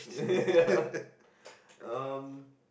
yeah um